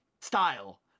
style